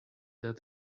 that